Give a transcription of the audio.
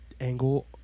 angle